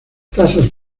tasas